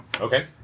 Okay